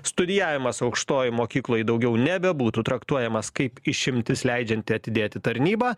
studijavimas aukštojoj mokykloj daugiau nebebūtų traktuojamas kaip išimtis leidžianti atidėti tarnybą